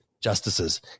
justices